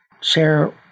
share